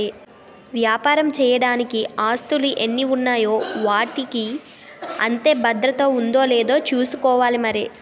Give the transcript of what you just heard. వ్యాపారం చెయ్యడానికి ఆస్తులు ఎన్ని ఉన్నాయో వాటికి అంతే భద్రత ఉందో లేదో చూసుకోవాలి మరి